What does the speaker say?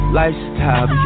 lifestyle